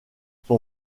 son